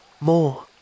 more